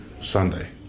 Sunday